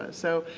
so,